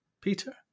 Peter